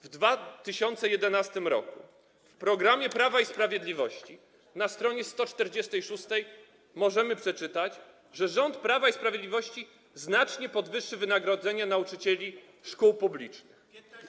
W 2011 r. w programie Prawa i Sprawiedliwości na s. 146 możemy przeczytać, że rząd Prawa i Sprawiedliwości znacznie podwyższy wynagrodzenie nauczycieli szkół publicznych.